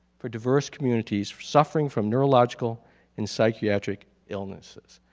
for diverse communities suffering from neurological and psychiatric illnesses.